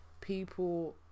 people